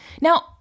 Now